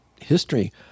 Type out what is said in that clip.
History